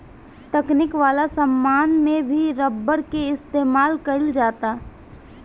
तकनीक वाला समान में भी रबर के इस्तमाल कईल जाता